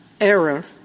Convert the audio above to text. error